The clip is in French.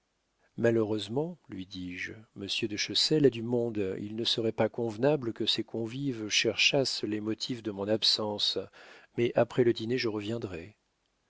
malheureusement lui dis-je monsieur de chessel a du monde il ne serait pas convenable que ses convives cherchassent les motifs de mon absence mais après le dîner je reviendrai